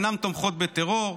אינן תומכות בטרור,